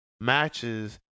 matches